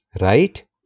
Right